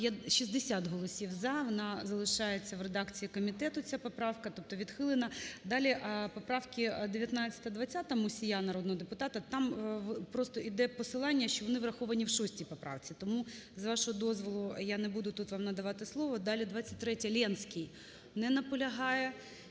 13:10:49 За-60 Вона залишається в редакції комітету, ця поправка, тобто відхилена. Далі поправки 19-а, 20-а, Мусія, народного депутата, там просто йде як посилання, що вони враховані в 6 поправці. Тому, з вашого дозволу, я не буду тут вам надавати слово. Далі, 23-я, Ленський. Не наполягає.